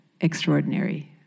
extraordinary